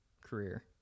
career